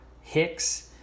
Hicks